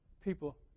people